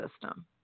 system